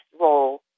role